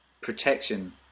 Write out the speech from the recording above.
protection